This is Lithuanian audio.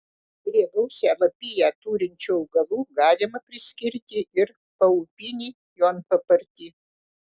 prie gausią lapiją turinčių augalų galima priskirti ir paupinį jonpapartį